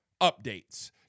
updates